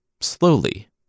slowly